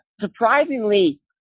surprisingly